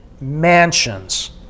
mansions